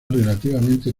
relativamente